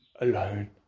alone